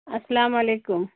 السلام علیکم